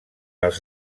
als